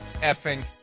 effing